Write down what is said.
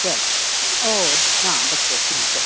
हां होर बच्चे ठीक